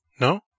No